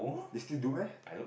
they still do meh